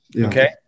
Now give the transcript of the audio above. okay